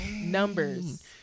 numbers